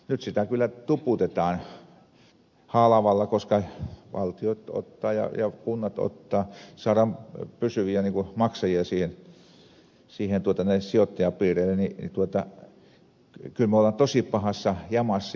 nyt sitä kyllä tuputetaan halvalla koska valtio ottaa ja kunnat ottaa saadaan pysyviä maksajia niille sijoittajapiireille niin kyllä me olemme tosi pahassa jamassa